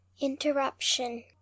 interruption